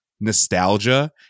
nostalgia